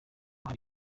hari